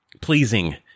pleasing